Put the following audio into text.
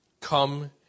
come